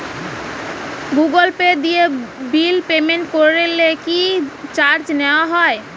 Google Pay দিয়ে bill payment করলে কি চার্জ নেওয়া হয়?